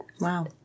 Wow